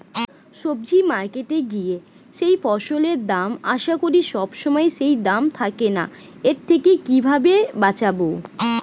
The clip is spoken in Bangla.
সবজি মার্কেটে গিয়ে যেই ফসলের দাম আশা করি সবসময় সেই দাম থাকে না এর থেকে কিভাবে বাঁচাবো?